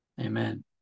Amen